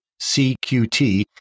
CQT